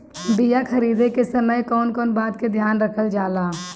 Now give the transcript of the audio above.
बीया खरीदे के समय कौन कौन बात के ध्यान रखल जाला?